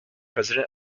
president